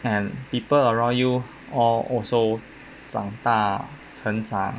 and people around you all also 长大成材